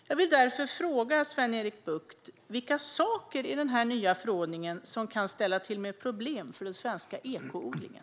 Jag vill därför fråga Sven-Erik Bucht om vilka saker i den nya förordningen som kan ställa till problem för den svenska ekoodlingen.